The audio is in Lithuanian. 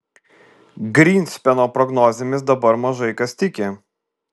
grynspeno prognozėmis dabar mažai kas tiki